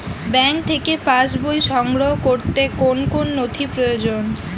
Bank থেকে পাস বই সংগ্রহ করতে কোন কোন নথি প্রয়োজন?